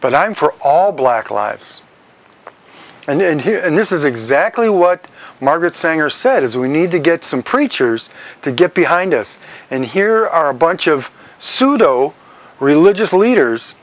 but i'm for all black lives and in here and this is exactly what margaret sanger said is we need to get some preachers to get behind us and here are a bunch of pseudo religious leaders